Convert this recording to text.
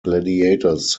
gladiators